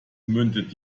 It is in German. mündet